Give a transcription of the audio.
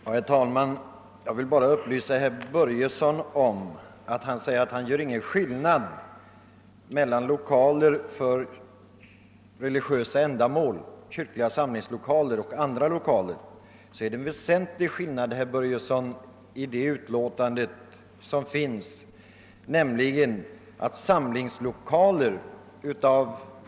Herr talman! Med anledning av herr Börjessons i Falköping uttalande, att han inte gör någon skillnad mellan kyrkliga samlingslokaler och andra 1okaler, vill jag framhålla, att det i själva verket föreligger en väsentlig skillnad enligt reservanternas argumentering.